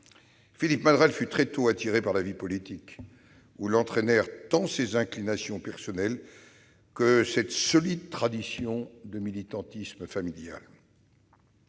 Philippe Madrelle fut très tôt attiré par la vie politique, où l'entraînèrent tant ses inclinations personnelles que cette solide tradition de militantisme familial.